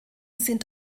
sind